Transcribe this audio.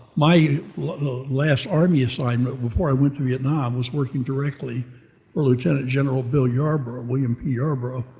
my last army assignment before i went to vietnam was working directly for lieutenant general billy yarborough william yarborough,